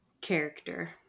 character